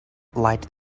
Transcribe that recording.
light